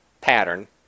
pattern